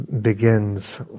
begins